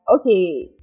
Okay